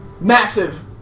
massive